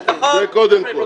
אז זה קודם כל.